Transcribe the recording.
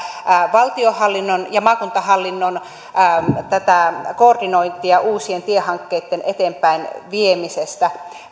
valtionhallinnon ja maakuntahallinnon koordinointia uusien tiehankkeitten eteenpäinviemisessä